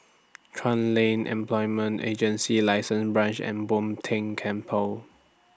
Chuan Lane Employment Agency lessen Branch and Bo Tien Temple